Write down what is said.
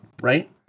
right